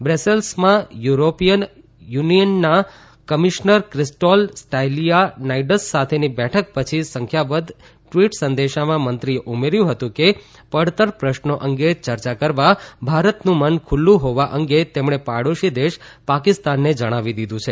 બ્રેસેલ્સમાં European યુનિટનના commissioner Christos Stylianides સાથેની બેઠક પચી સંખ્યાબંધ ટ઼વીટ સંદેશામાં મંત્રીએ ઉમેર્યું હતું કે પડતર પ્રશ્નો અંગે ચર્ચા કરવા ભારતનું મન ખુલ્લુ હોવા અંગે તેમણે પાડોશી દેશ પાકિસ્તાનને જણાવી દીધું છે